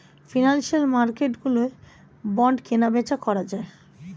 financial মার্কেটগুলোয় bond কেনাবেচা করা যায়